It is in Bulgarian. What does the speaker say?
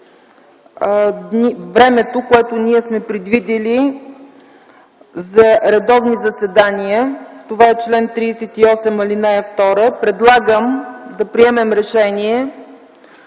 времето, което ние сме предвидили за редовни заседания (това е чл. 38, ал. 2), предлагам да приемем решение